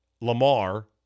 Lamar